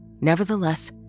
Nevertheless